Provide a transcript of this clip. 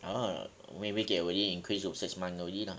oh maybe they already increased six month already lah